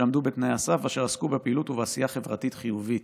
שעמדו בתנאי הסף אשר עסקו בפעילות ובעשייה חברתית חיובית.